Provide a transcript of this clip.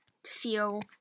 feel